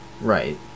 Right